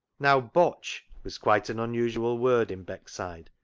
now, botch was quite an unusual word in beckside,